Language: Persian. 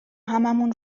هممون